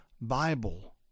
Bible